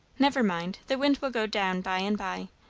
never mind the wind will go down by and by.